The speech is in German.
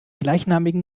gleichnamigen